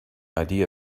idea